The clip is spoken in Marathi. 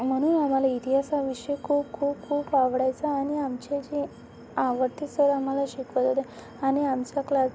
म्हणून आम्हाला इतिहास हा विषय खूप खूप खूप आवडायचा आणि आमचे जे आवडते सर आम्हाला शिकवत होते आणि आमचा क्लास